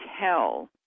tell